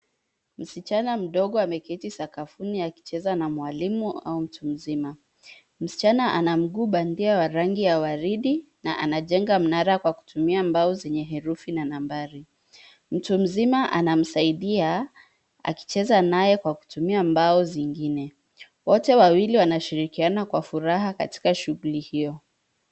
Msichana mdogo ameketi sakafuni akicheza na mwalimu au mtu mzima, msichana ana mguu bandia ya rangi ya waridi na anjenga mnara kwa kutumia mbao zenye herufi na nambari, mtu mzima anamsaidia akicheza naye kwa kutumia mbao zingine.